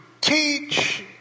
teach